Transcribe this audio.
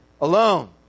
alone